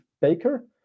Baker